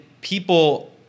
people